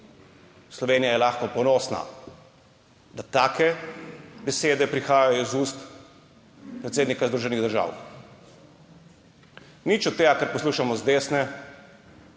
Slovenija je lahko ponosna, da take besede prihajajo iz ust predsednika Združenih držav. Nič od tega, kar poslušamo z desne,